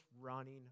running